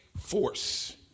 force